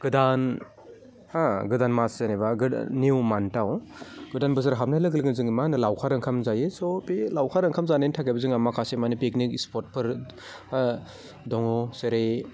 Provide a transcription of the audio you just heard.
गोदान हो गोदान मास जेनेबा निउ मान्थआव गोदान बोसोर हाबनाय लोगो लोगोनो जोङो मा होनो लावखार ओंखाम जायो स बे लावखार ओंखाम जानायनि थाखायबो जोंहा माखासे माने पिकनिक स्पटफोर दङ जेरै